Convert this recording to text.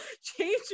change